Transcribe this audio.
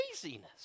craziness